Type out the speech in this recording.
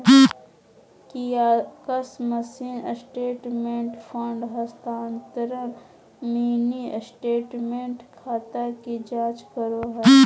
kiosk machine statement, fund हस्तानान्तरण, mini statement, खाता की जांच करो हइ